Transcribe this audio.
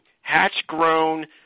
hatch-grown